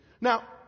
Now